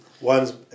ones